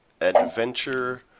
adventure